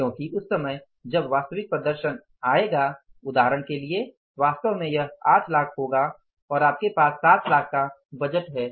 क्योंकि उस समय जब वास्तविक प्रदर्शन आएगा उदाहरण के लिए वास्तव में यह 8 लाख होगा और आपके पास 7 लाख का बजट है